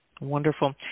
Wonderful